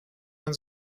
dann